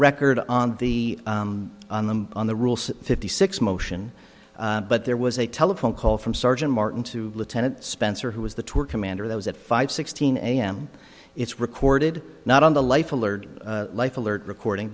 record on the on the on the rules fifty six motion but there was a telephone call from sergeant martin to lieutenant spencer who was the tour commander there was at five sixteen am it's recorded not on the life alert life alert recording